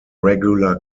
regular